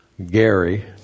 Gary